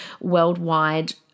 worldwide